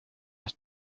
has